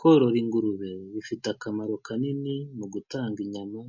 Korora ingurube, bifite akamaro kanini, mu gutanga inyama,